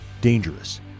dangerous